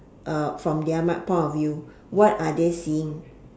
uh from their mind point of view what are they seeing